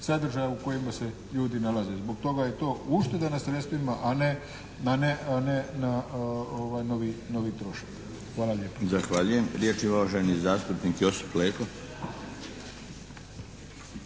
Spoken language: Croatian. sadržaja u kojima se ljudi nalaze. Zbog toga je to ušteda na sredstvima a ne novi trošak. Hvala lijepo. **Milinović, Darko (HDZ)** Zahvaljujem. Riječ ima uvaženi zastupnik Josip Leko.